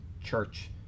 church